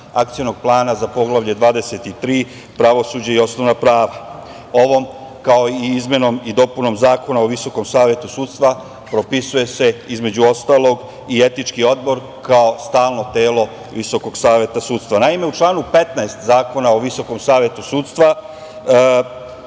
Akcionog plana za Poglavlje 23 – pravosuđe i osnovna prava. Ovom, kao i izmenom i dopunama Zakona o Visokom savetu sudstva propisuje se, između ostalog, i etički odbor kao stalno telo Visokog saveta sudstva. Naime, u članu 15. Zakona o visokom savetu sudstva